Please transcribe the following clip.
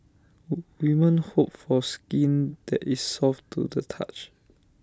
wu women hope for skin that is soft to the touch